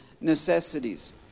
necessities